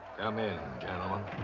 come in, gentlemen.